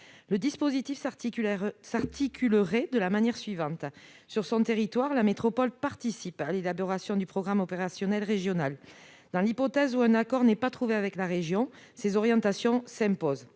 Le dispositif s'articulerait de la manière suivante : sur son territoire, la métropole participerait à l'élaboration du programme opérationnel régional. Dans l'hypothèse où un accord n'est pas trouvé avec la région, les orientations de